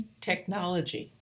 technology